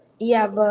yeah. but